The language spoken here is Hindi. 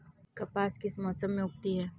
कपास किस मौसम में उगती है?